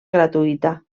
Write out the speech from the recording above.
gratuïta